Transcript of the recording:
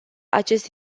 acest